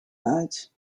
uit